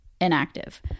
inactive